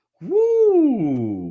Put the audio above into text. Woo